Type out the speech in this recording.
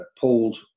pulled